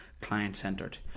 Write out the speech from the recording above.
client-centered